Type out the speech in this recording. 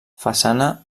façana